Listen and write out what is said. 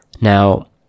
Now